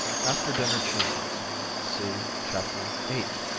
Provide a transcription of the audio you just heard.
after-dinner cheeses see chapter eight.